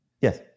Yes